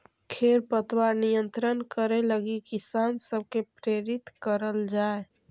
खेर पतवार नियंत्रण करे लगी किसान सब के प्रेरित करल जाए